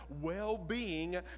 well-being